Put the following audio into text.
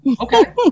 Okay